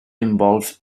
involve